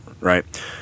right